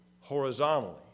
horizontally